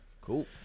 Cool